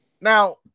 Now